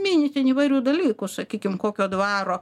mini ten įvairių dalykų sakykim kokio dvaro